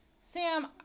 Sam